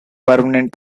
permanent